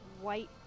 white